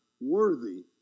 worthy